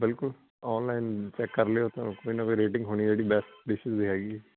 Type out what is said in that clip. ਬਿਲਕੁਲ online check ਕਰ ਲਿਓ ਤਾਂ ਕੋਈ ਨਾ ਕੋਈ ਰੇਟਿੰਗ ਹੋਣੀ ਇਹਦੀ ਬੈਸਟ ਡਿਸ਼ਿਜ ਹੈਗੀ ਹੈ